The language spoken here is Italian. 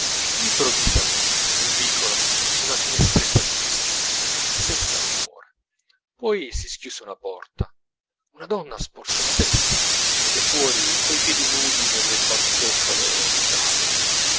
improvvisamente nel vicolo una finestretta si schiuse senza rumore poi si schiuse una porta una donna sporse la testa venne fuori coi piedi nudi nelle pantoffole usate